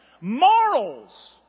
Morals